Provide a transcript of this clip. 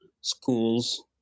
schools